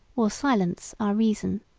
or silence, our reason.